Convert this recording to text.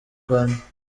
rwanda